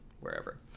wherever